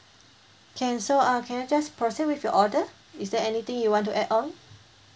can so uh can I just proceed with your order is there anything you want to add on